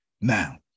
Now